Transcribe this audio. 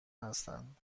هستند